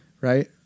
right